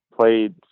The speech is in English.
Played